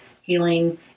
healing